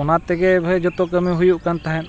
ᱚᱱᱟ ᱛᱮᱜᱮ ᱵᱷᱟᱹᱭ ᱡᱷᱚᱛᱚ ᱠᱟᱹᱢᱤ ᱦᱩᱭᱩᱜ ᱠᱟᱱ ᱛᱟᱦᱮᱸᱫ